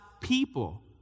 people